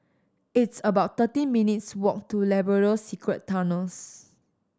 it's about thirteen minutes' walk to Labrador Secret Tunnels